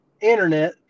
internet